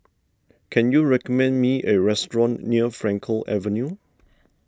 can you recommend me a restaurant near Frankel Avenue